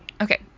Okay